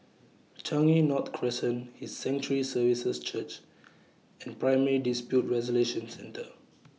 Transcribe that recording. Changi North Crescent His Sanctuary Services Church and Primary Dispute Resolution Centre